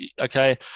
Okay